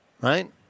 Right